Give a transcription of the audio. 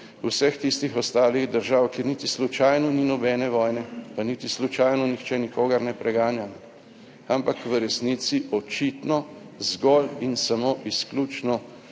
vseh tistih ostalih držav, kjer niti slučajno ni nobene vojne, pa niti slučajno nihče nikogar ne preganja, ampak v resnici očitno zgolj in samo izključno